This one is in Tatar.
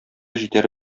җитәр